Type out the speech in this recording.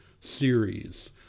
series